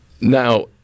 Now